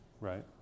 right